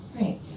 Right